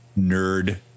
nerd